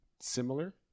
similar